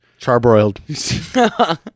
Charbroiled